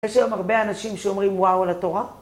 יש היום הרבה אנשים שאומרים וואו על התורה.